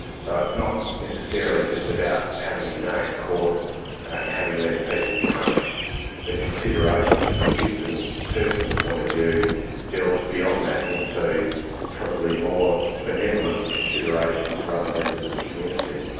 so it's not necessarily just about having your day in court and having these people punished the considerations from the victim's personal point of view delves beyond that into probably more benevolent considerations for other members of the community.